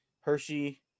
Hershey